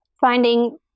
finding